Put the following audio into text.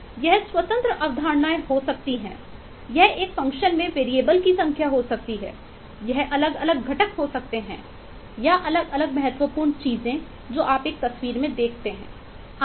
यह स्वतंत्र अवधारणाएं हो सकती हैं यह एक फ़ंक्शन की संख्या हो सकती है यह अलग अलग घटक हो सकते है या अलग अलग महत्वपूर्ण चीजें जो आप एक तस्वीर में देखते हैं आदि